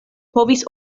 povis